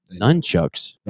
Nunchucks